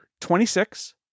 26